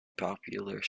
popular